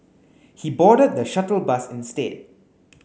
he boarded the shuttle bus instead